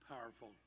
powerful